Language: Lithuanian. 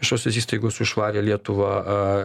viešosios įstaigos už švarią lietuvą